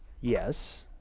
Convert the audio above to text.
Yes